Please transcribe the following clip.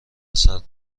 عسل